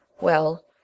Well